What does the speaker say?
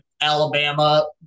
Alabama